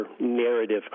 narrative